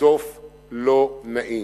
סוף לא נעים.